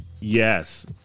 Yes